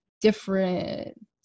different